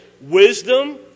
Wisdom